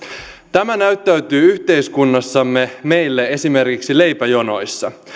tämä näyttäytyy yhteiskunnassamme meille esimerkiksi leipäjonoissa